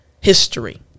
history